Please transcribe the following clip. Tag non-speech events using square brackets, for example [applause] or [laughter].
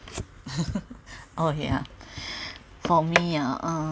[laughs] oh ya for me uh